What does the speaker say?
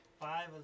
Five